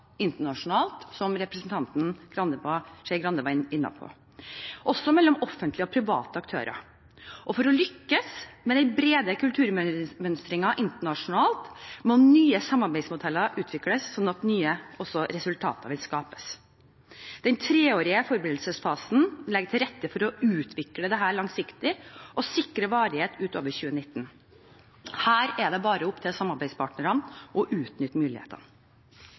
internasjonalt, som representanten Skei Grande var inne på, også mellom offentlige og private aktører. For å lykkes med den brede kulturmønstringen internasjonalt må nye samarbeidsmodeller utvikles sånn at også nye resultater vil skapes. Den treårige forberedelsesfasen legger til rette for å utvikle dette langsiktig og sikre varighet utover 2019. Her er det bare opp til samarbeidspartnerne å utnytte mulighetene.